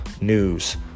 news